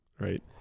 right